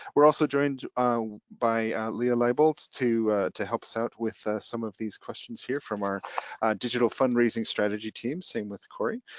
we're also joined by leah libolt to to help us out with some of these questions here from our digital fundraising strategy team, same with corey.